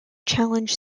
challenge